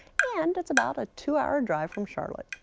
and it's about a two hour drive from charlotte.